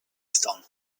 stone